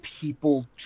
people